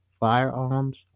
Firearms